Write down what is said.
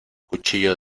cuchillo